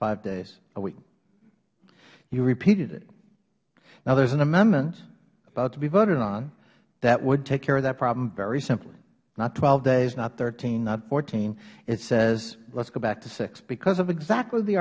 five days a week you repeated it now there is an amendment about to be voted on that would take care of that problem very simply not twelve days not thirteen not fourteen it says lets go back to six because of exactly the